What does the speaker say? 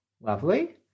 Lovely